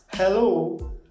Hello